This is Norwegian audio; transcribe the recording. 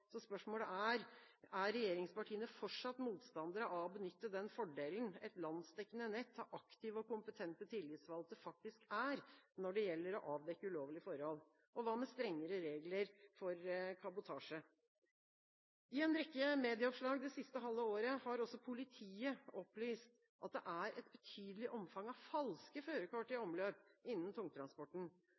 Spørsmålet er: Er regjeringspartiene fortsatt motstandere av å benytte den fordelen et landsdekkende nett av aktive og kompetente tillitsvalgte faktisk er når det gjelder å avdekke ulovlige forhold? Hva med strengere regler for kabotasje? I en rekke medieoppslag det siste halve året har også politiet opplyst at det er et betydelig omfang av falske førerkort i omløp innen tungtransporten.